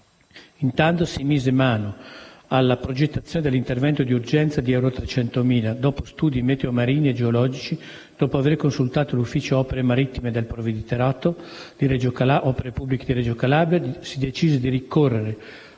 Intanto si mise mano alla progettazione dell'intervento di urgenza di 300.000 euro; dopo studi meteo-marini e geologici e dopo aver consultato l'ufficio opere marittime del provveditorato alle opere pubbliche di Reggio Calabria, si decise di ricorrere